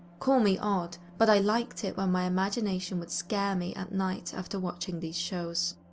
call me odd, but i liked it when my imagination would scare me at night after watching these shows.